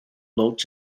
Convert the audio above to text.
notes